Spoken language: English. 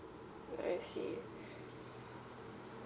I see